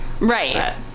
Right